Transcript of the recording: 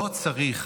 לא צריך